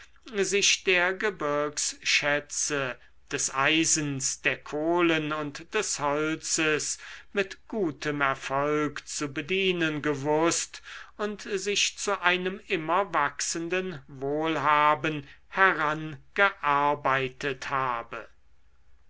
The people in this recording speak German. sich der gebirgsschätze des eisens der kohlen und des holzes mit gutem erfolg zu bedienen gewußt und sich zu einem immer wachsenden wohlhaben herangearbeitet habe